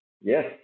Yes